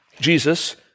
Jesus